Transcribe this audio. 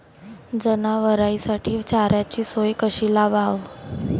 जनावराइसाठी चाऱ्याची सोय कशी लावाव?